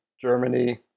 Germany